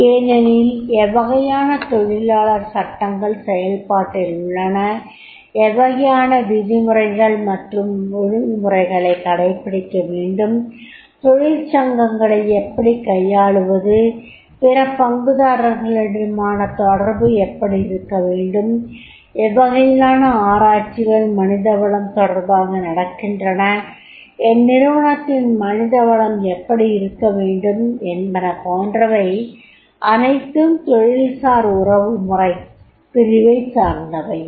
ஏனெனில் எவ்வகையான தொழிலாளர் சட்டங்கள் செயல்பாட்டில் உள்ளன எவ்வகையான விதிமுறை மற்றும் ஒழுங்குமுறைகளைக் கடைபிடிக்கவேண்டும் தொழிற்ச் சங்கங்களை எப்படிக் கையாளுவது பிற பங்குதாரர்களிடமான தொடர்பு எப்படி இருக்கவேண்டும் எவ்வகையிலான ஆராய்ச்சிகள் மனித வளம் தொடர்பாக நடக்கின்றன அந்நிறுவனத்தின் மனித வளம் எப்படி இருக்கவேண்டும் என்பன போன்றவை அனைத்தும் தொழில் சார் உறவுமுறைப் பிரிவைச் சார்ந்தவையே